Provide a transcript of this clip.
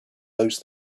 those